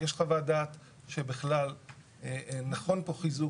יש חוות דעת שבכלל נכון פה חיזוק.